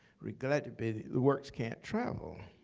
regrettably, the the works can't travel.